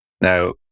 Now